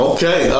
Okay